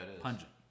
pungent